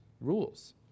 rules